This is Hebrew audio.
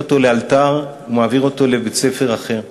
אותו לאלתר ומעביר אותו לבית-ספר אחר.